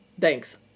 Thanks